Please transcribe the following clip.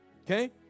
Okay